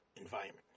environment